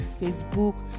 Facebook